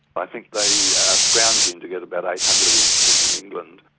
i think they are scrounging to get about eight hundred in england.